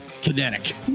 kinetic